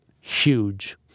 Huge